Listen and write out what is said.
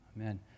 Amen